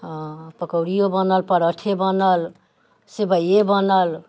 पकोड़ियौ बनल परोठे बनल सेवइये बनल